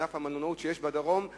לענף המלונאות בצפון,